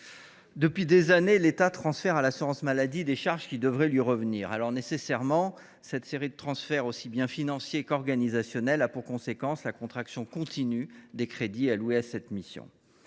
depuis des années, l’État transfère à l’assurance maladie des charges qui devraient lui revenir. Cette série de transferts, aussi bien financiers qu’organisationnels, a logiquement pour conséquence la contraction continue des crédits alloués à cette mission.